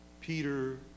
Peter